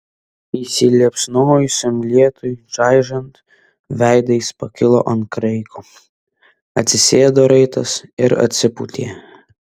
įsiliepsnojusiam lietui čaižant veidą jis pakilo ant kraigo atsisėdo raitas ir atsipūtė